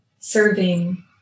serving